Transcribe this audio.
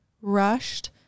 rushed